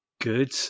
good